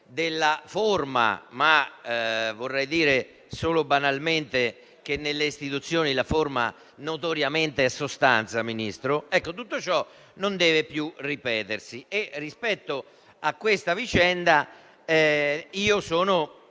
della forma (ma vorrei dire banalmente che nelle istituzioni la forma notoriamente è sostanza, Ministro), non deve più ripetersi. Rispetto a questa vicenda io sono